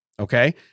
Okay